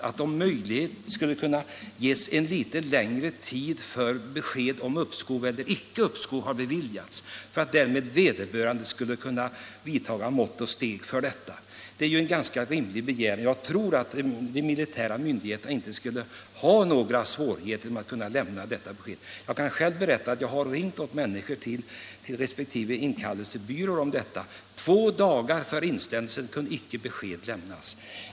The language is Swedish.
Det borde vara möjligt att ge besked i god tid huruvida uppskov har beviljats eller inte, så att vederbörande kunde vidta vissa åtgärder. Det är en ganska rimlig begäran, och jag tror att de militära myndigheterna inte skulle ha några svårigheter att ge besked tidigare. Jag kan berätta att jag själv ringt åt människor till resp. inkallelsebyråer om sådana här saker. Två dagar före inställelsen kunde icke besked lämnas.